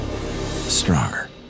stronger